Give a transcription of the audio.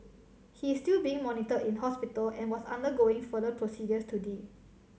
he is still being monitored in hospital and was undergoing further procedures today